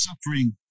suffering